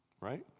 right